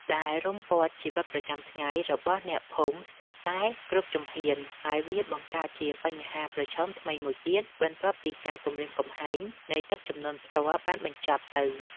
ដែលរុំព័ទ្ធជីវិតប្រចាំថ្ងៃរបស់អ្នកភូមិស្ទើរតែគ្រប់ជំហាន ហើយវាបង្កើតជាបញ្ហាប្រឈមថ្មីមួយទៀតបន្ទាប់ពីការគំរាមកំហែងនៃទឹកជំនន់ផ្ទាល់បានបញ្ចប់ទៅ។